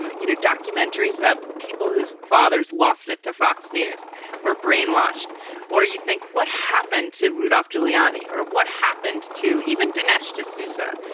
and you know, documentaries about people whose fathers lost it to fox news or brainwashed or you think what happened to rudolph giuliani or what happened to even dinesh d'souza,